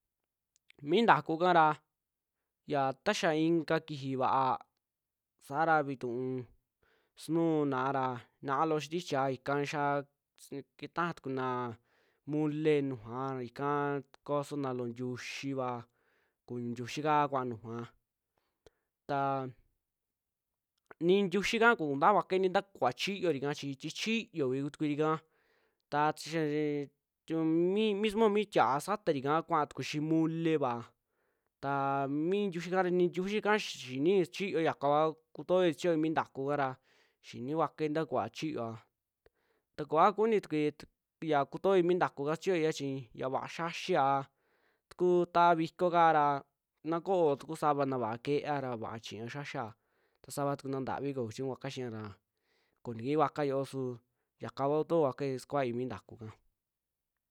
Mii ntakuu kaara yaa taxaa ikaa kijii vaa, saara vintuu sunuuna ra naa loo xintichia ikaa xaa skitajaa tukuna molee nujua ikaa kosona loo ntiuxiva, kuñuu ntiuxika kuaa nujua taa nii ntiuxika koo kuntaa kuakua inii ntaa kuvaa chiyoorika, chi ti chiyoii kutukurika ta xie- e- e tiu mi mismo mi tiia satarika kuaa tuku xii molea, taa mi ntiuxi ka, ra nii ntiuxi ka xiini sichiyoi, yaka kua kutooi sichiyoi ntakuu kaara xini kuakuai ntaa kuvaa chiyoaa, ta koaa kunitukui ya kutoi mi ntakuka xichiyoia chi ya vaa xiaxiaa, tukuu taa vikoo kaara na ko'o ta ku savana vaa keeara vaa chiña xiaxia ta sava'a tuku nantavi koo kuchiñu kuakua xiia ra, koo ntakii kuakua xiuoo su yaka kuoo kuto'o kuakuai kakuai mi ntakuu ka.